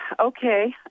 Okay